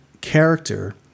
character